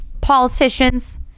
Politicians